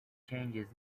changes